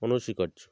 অনস্বীকার্য